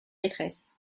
maîtresse